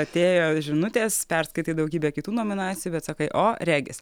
atėjo žinutės perskaitei daugybę kitų nominacijų bet sakai o regis